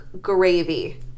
gravy